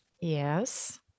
Yes